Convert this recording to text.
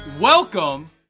welcome